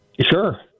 Sure